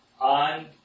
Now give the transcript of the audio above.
on